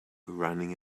running